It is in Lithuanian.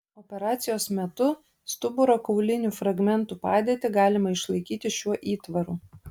operacijos metu stuburo kaulinių fragmentų padėtį galima išlaikyti šiuo įtvaru